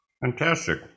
Fantastic